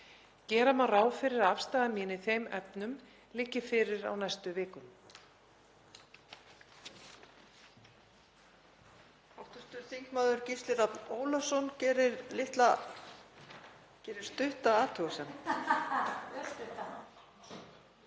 Gera má ráð fyrir að afstaða mín í þeim efnum liggi fyrir á næstu vikum.